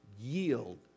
yield